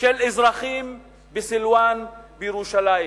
של אזרחים בסילואן בירושלים.